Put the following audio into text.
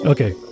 Okay